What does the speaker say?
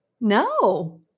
No